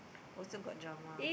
also got drama